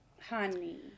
honey